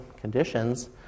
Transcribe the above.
conditions